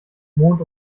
mond